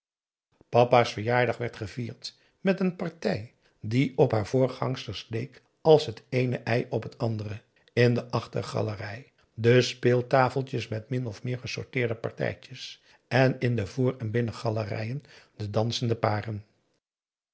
papa's verjaardag werd gevierd met een partij die op haar voorgangsters leek als het eene ei op t andere in de achtergalerij de speeltafeltjes met min of meer gesorteerde partijtjes en in de voor en binnengalerijen de dansende paren